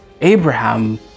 Abraham